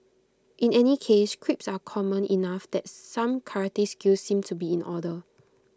in any case creeps are common enough that some karate skills seem to be in order